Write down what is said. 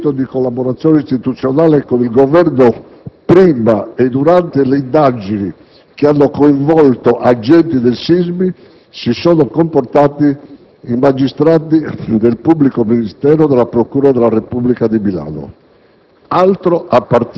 che con grande spirito di collaborazione istituzionale con il Governo, prima e durante le indagini che hanno coinvolto agenti del SISMI, si sono comportati i magistrati del pubblico ministero della procura della Repubblica di Milano.